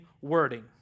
wording